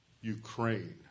Ukraine